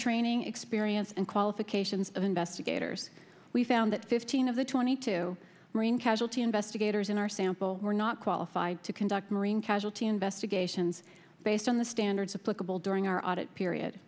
training experience and qualifications of investigators we found that fifteen of the twenty two marine casualty investigators in our sample were not qualified to conduct marine casualty investigations based on the standards of political during our audit period